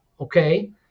okay